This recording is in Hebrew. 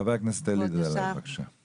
חה"כ אלי דלל, בבקשה.